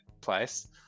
place